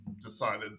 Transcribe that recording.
decided